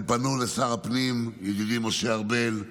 הם פנו לשר הפנים ידידי משה ארבל,